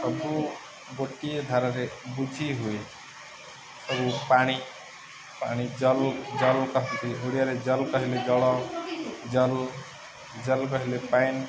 ସବୁ ଗୋଟିଏ ଧାରରେ ବୁଝି ହୁଏ ସବୁ ପାଣି ପାଣି ଜଲ୍ ଜଲ୍ କହନ୍ତି ଓଡ଼ିଆରେ ଜଲ୍ କହିଲେ ଜଳ ଜଲ୍ ଜଲ୍ କହିଲେ ପାଣି